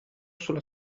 sulla